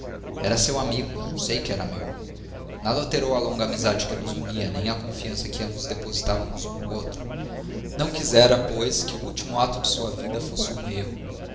era seu amigo sei que o era meu nada alterou a longa amizade que nos unia nem a confiança que ambos depositávamos um no outro não quisera pois que o último ato de sua vida fosse um erro